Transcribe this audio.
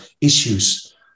issues